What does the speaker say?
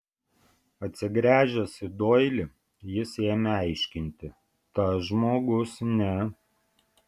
atsigręžęs į doilį jis ėmė aiškinti tas žmogus ne